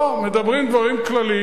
לא, מדברים דברים כלליים.